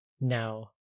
now